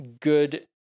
good